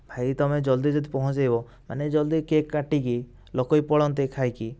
ଭାଇ ତୁମେ ଜଲ୍ଦି ଯଦି ପହଞ୍ଚେଇବ ମାନେ ଜଲ୍ଦି କେକ୍ କାଟିକି ଲୋକ ବି ପଳାନ୍ତେ ଖାଇକି